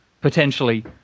potentially